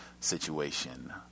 situation